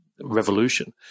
revolution